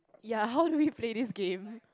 ya how do we play this game